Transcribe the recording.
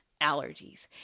allergies